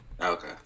Okay